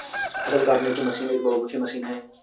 फ़सल काटने की मशीन एक बहुमुखी मशीन है